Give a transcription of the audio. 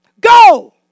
Go